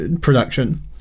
Production